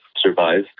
survive